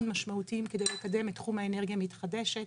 משמעותיים כדי לקדם את תחום האנרגיה המתחדשת.